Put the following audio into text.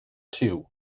two